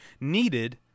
needed